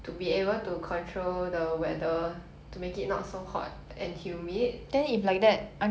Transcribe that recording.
to be able to control the weather to make it not so hot and humid